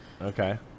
Okay